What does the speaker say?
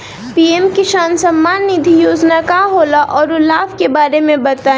PM किसान सम्मान निधि योजना का होला औरो लाभ के बारे में बताई?